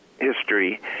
history